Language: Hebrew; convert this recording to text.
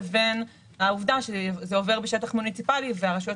לבין העובדה שזה עובר בשטח מוניציפלי והרשויות